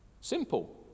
Simple